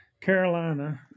Carolina